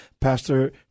pastor